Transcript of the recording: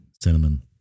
cinnamon